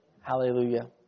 Hallelujah